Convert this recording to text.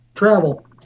Travel